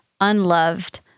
unloved